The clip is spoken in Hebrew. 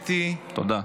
תודה.